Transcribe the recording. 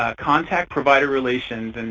ah contact provider relations. and